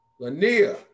Lania